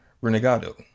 renegado